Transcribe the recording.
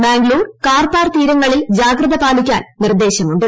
മാംഗളൂർ കാർപാർ തീരങ്ങളിൽ ജാഗ്രത പാലിക്കാൻ നിർദ്ദേശമുണ്ട്